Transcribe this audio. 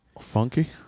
Funky